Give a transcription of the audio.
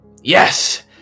Yes